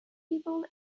people